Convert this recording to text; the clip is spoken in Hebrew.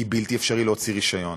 כי בלתי אפשרי להוציא רישיון.